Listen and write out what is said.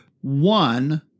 one